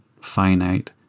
finite